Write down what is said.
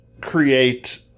create